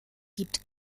gibt